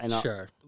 Sure